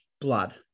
blood